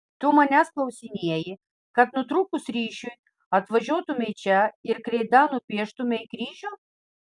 tu manęs klausinėji kad nutrūkus ryšiui atvažiuotumei čia ir kreida nupieštumei kryžių